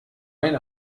ein